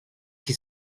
qui